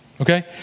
okay